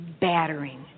battering